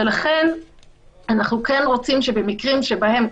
ולכן אנחנו כן רוצים שבמקרים שבהם,